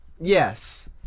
Yes